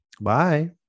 Bye